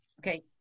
Okay